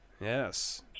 Yes